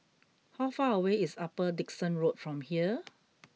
how far away is Upper Dickson Road from here